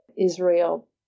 israel